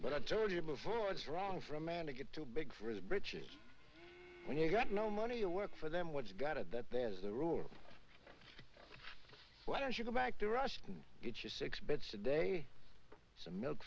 but i told you before it's wrong for a man to get too big for his britches when you've got no money you work for them what's got it that there's a rule why don't you go back to russia get your six bits today some milk